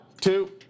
two